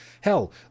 Hell